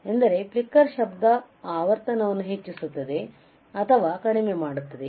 ಎಂದರೆ ಫ್ಲಿಕ್ಕರ್ ಶಬ್ದ ಆವರ್ತನವನ್ನು ಹೆಚ್ಚಿಸುತ್ತದೆ ಅಥವಾ ಕಡಿಮೆಯಾಗುತ್ತದೆ